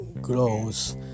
grows